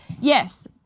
yes